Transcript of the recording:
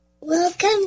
Welcome